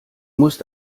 musst